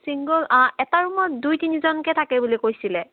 single এটা ৰূমত দুই তিনিজনকৈ থাকে বুলি কৈছিলে